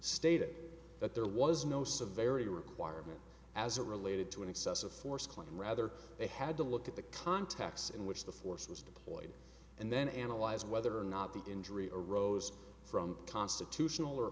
stated that there was no severity requirement as it related to an excessive force clinton rather they had to look at the context in which the force was deployed and then analyze whether or not the injury arose from constitutional or